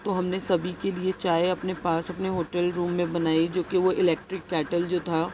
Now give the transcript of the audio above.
تو ہم نے سبھی کے لئے چائے اپنے پاس اپنے ہوٹل روم میں بنائی جو کہ وہ الیکٹرک کیٹل جو تھا